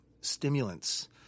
stimulants